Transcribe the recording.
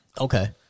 Okay